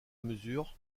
mesure